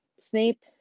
Snape